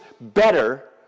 better